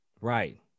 right